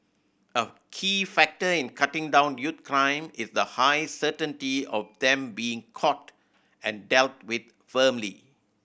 a key factor in cutting down youth crime is the high certainty of them being caught and dealt with firmly